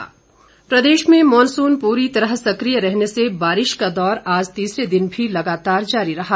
मौसम प्रदेश में मॉनसून पूरी तरह सक्रिय रहने से बारिश का दौर आज तीसरे दिन भी लगातार जारी रहा